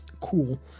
Cool